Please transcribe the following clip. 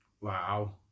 wow